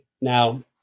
now